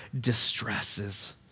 distresses